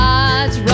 God's